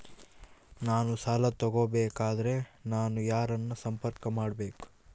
ನಾನು ಸಾಲ ತಗೋಬೇಕಾದರೆ ನಾನು ಯಾರನ್ನು ಸಂಪರ್ಕ ಮಾಡಬೇಕು?